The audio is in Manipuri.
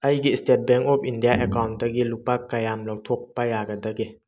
ꯑꯩꯒꯤ ꯏꯁꯇꯦꯠ ꯕꯦꯡ ꯑꯣꯐ ꯏꯟꯗꯤꯌꯥ ꯑꯦꯀꯥꯎꯟꯇꯒꯤ ꯂꯨꯄꯥ ꯀꯌꯥꯝ ꯂꯧꯊꯣꯛꯄ ꯌꯥꯒꯗꯒꯦ